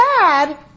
bad